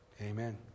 amen